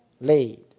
Laid